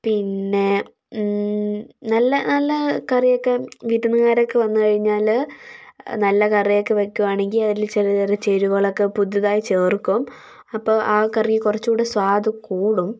പിന്നെ നല്ല നല്ല കറിയൊക്കെ വിരുന്നുകാരൊക്കെ വന്നു കഴിഞ്ഞാൽ നല്ല കറിയൊക്കെ വയ്ക്കുകയാണെങ്കിൽ അതിൽ ചെറിയ ചെറിയ ചേരുവകളൊക്കെ പുതുതായി ചേർക്കും അപ്പോൾ ആ കറി കുറച്ചുകൂടി സ്വാദ് കൂടും